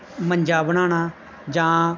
ਮੰਜਾ ਬਣਾਉਣਾ ਜਾਂ